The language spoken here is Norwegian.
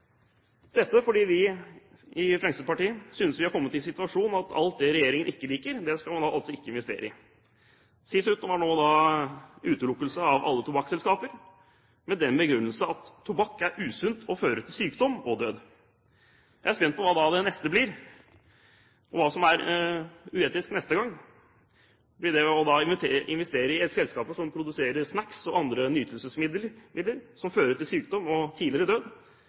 dette fordi vi i Fremskrittspartiet synes vi har kommet i en situasjon der alt det regjeringen ikke liker, skal man ikke investere i. Sist ute var utelukkelse av alle tobakksselskaper, med den begrunnelse at tobakk er usunt og fører til sykdom og død. Jeg er spent på hva det neste blir, og hva som er uetisk neste gang. Blir det å investere i selskaper som produserer snacks og andre nytelsesmidler, som fører til sykdom og tidligere død?